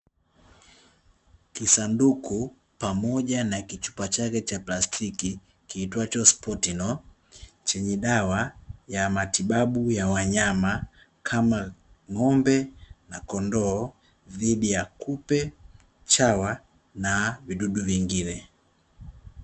Kisanduku, pamoja na kichupa chake cha plastiki kiitwacho Spotino, chenye dawa ya matibabu ya wanyama kama: ng'ombe na kondoo, dhidi ya, kupe, chawa na vidudu vingine.